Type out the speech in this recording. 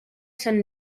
sant